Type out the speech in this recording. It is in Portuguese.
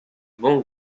bom